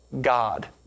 God